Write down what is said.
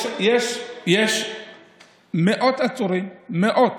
יש מאות עצורים, מאות.